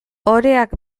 oreak